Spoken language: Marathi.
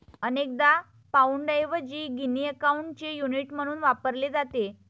अनेकदा पाउंडऐवजी गिनी अकाउंटचे युनिट म्हणून वापरले जाते